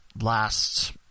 last